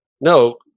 no